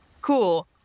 Cool